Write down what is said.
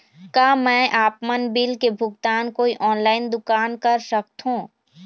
का मैं आपमन बिल के भुगतान कोई ऑनलाइन दुकान कर सकथों?